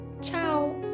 Ciao